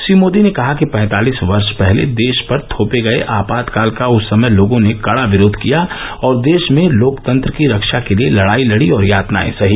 श्री मोदी ने कहा कि पैंतालीस वर्ष पहले देश पर थोपे गए आपातकाल का उस समय लोगों ने कड़ा विरोध किया और देश में लोकतंत्र की रक्षा के लिए लड़ाई लड़ी और यातनाएं सही